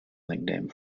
nickname